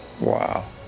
Wow